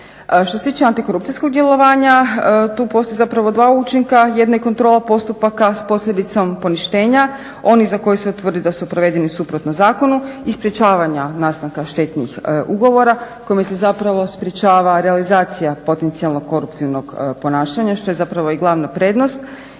Što se tiče antikorupcijskog djelovanja tu postoje zapravo dva učinka, jedno je kontrola postupaka s posljedicom poništenja. Oni za koje se ustvrdi da su provedeni suprotno zakonu i sprječavanja nastanka štetnih ugovora kojima se zapravo sprječava realizacija potencijalnog koruptivnog ponašanja što je zapravo i glavna prednost